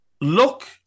Look